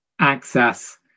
access